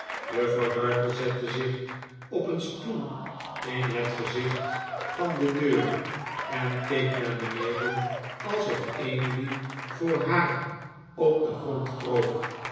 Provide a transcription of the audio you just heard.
juffrouw dartle zette zich op een stoel in het gezicht van de deur en keek naar beneden alsof emily voor haar op den grond kroop